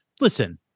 listen